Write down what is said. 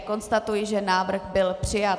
Konstatuji, že návrh byl přijat.